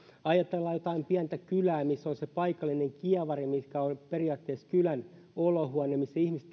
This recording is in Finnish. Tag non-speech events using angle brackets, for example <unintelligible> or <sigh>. ajatellaanpa jotain pientä kylää missä se paikallinen kievari on periaatteessa kylän olohuone missä ihmiset <unintelligible>